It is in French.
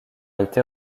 été